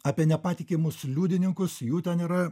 apie nepatikimus liudininkus jų ten yra